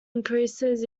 increases